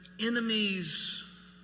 enemies